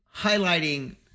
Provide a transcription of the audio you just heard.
highlighting